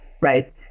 right